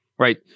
Right